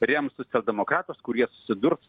rems socialdemokratus kurie susidurs